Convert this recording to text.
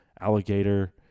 alligator